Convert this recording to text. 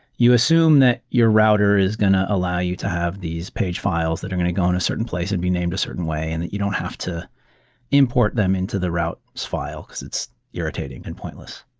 you assume that your router is going to allow you to have these page files that are going to go in a certain place and be named a certain way and that you don't have to import them into the route's file, because it's irritating and pointless.